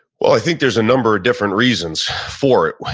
well, i think there's a number of different reasons for it.